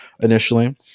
Initially